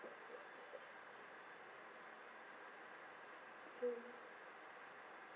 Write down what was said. mm